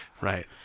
Right